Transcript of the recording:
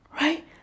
Right